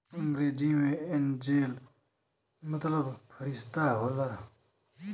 अंग्रेजी मे एंजेल मतलब फ़रिश्ता होला